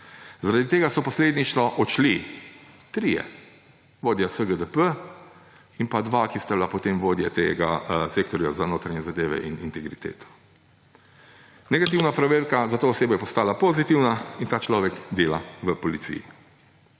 Zaradi tega so posledično odšli trije, vodja SGDP in pa dva, ki sta bila potem vodja tega sektorja za notranje zadeve in integriteto. Negativna preverka za to osebo je postala pozitivna in ta človek dela v policiji.